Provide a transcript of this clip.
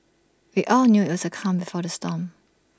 we all knew that's the calm before the storm